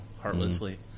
heartlessly